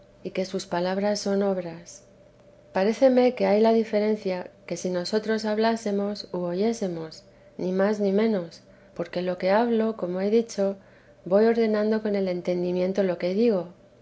y que sus palabras son obras paréceme que hay la diferencia que si nosotros hablásemos u oyésemos ni más ni menos porque lo que hablo como he dicho voy ordenando con el entendimiento lo que digo